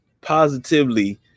positively